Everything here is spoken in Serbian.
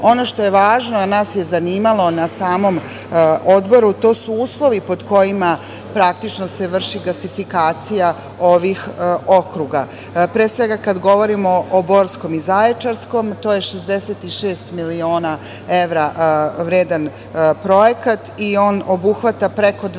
što je važno, a nas je zanimalo na samom odboru, to su uslovi pod kojima praktično se vrši gasifikacija ovih okruga, pre svega kad govorimo o Borskom i Zaječarskom, to je 66 miliona evra vredan projekat i on obuhvata preko 210.000